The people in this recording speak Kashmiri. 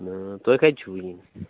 تُہۍ کَتہِ چھُوٕ وُنۍ